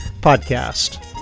Podcast